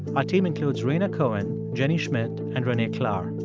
our team includes rhaina cohen, jenny schmidt and renee klahr.